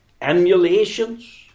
emulations